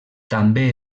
també